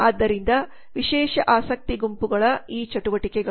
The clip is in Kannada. ಆದ್ದರಿಂದ ವಿಶೇಷ ಆಸಕ್ತಿ ಗುಂಪುಗಳ ಈ ಚಟುವಟಿಕೆಗಳು